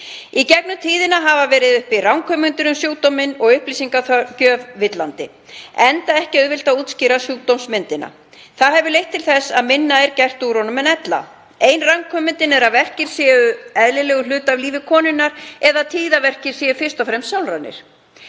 Í gegnum tíðina hafa verið uppi ranghugmyndir um sjúkdóminn og upplýsingagjöf villandi, enda ekki auðvelt að útskýra sjúkdómsmyndina. Það hefur leitt til þess að minna er gert úr honum en ella. Ein ranghugmyndin er að verkir séu eðlilegur hluti af lífi konunnar eða tíðaverkir séu fyrst og fremst sálrænir.